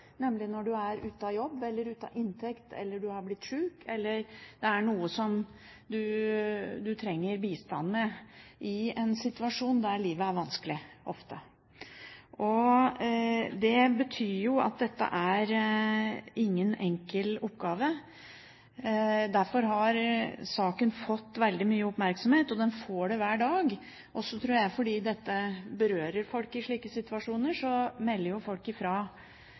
nemlig når de er ute av jobb, uten inntekt, de har blitt syke eller det er noe som de trenger bistand med i en situasjon der livet ofte er vanskelig. Det betyr at dette ikke er en enkel oppgave. Derfor har saken fått veldig mye oppmerksomhet, og den får det hver dag. Og fordi dette berører folk i slike situasjoner, melder folk